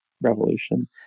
revolution